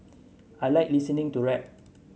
I like listening to rap